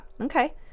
okay